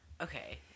Okay